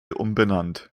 umbenannt